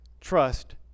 trust